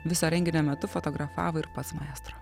viso renginio metu fotografavo ir pats maestro